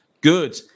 good